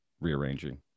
rearranging